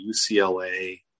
UCLA